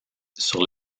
sur